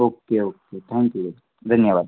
okay okay thank you ધન્યવાદ